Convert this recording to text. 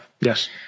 Yes